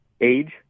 Age